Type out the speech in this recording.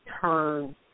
turn